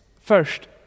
First